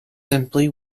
simply